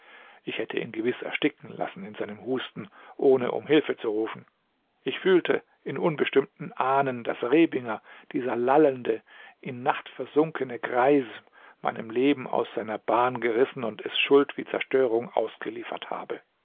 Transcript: ich hätte ihn gewiß ersticken lassen in seinem husten ohne um hilfe zu rufen ich fühlte in unbestimmtem ahnen daß rebinger dieser lallende in nacht versunkene greis mein leben aus seiner bahn gerissen und es schuld wie zerstörung ausgeliefert habe